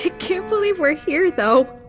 can't believe we're here, though.